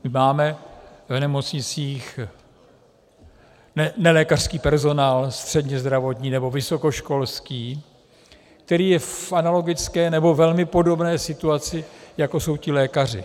My máme v nemocnicích nelékařský personál, střednězdravotní nebo vysokoškolský, který je v analogické nebo velmi podobné situaci, jako jsou ti lékaři.